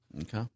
Okay